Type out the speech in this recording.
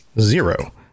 zero